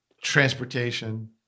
transportation